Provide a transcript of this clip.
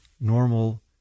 normal